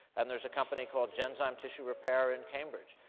and there's a company called genzyme tissue repair in cambridge.